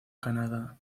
canada